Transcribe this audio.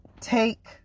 take